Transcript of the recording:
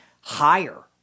higher